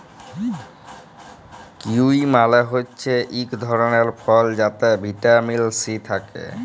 kiwi মালে হছে ইক ধরলের ফল যাতে ভিটামিল সি থ্যাকে